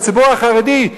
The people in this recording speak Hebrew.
הציבור החרדי,